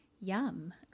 Yum